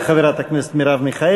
תודה לחברת הכנסת מרב מיכאלי.